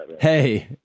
Hey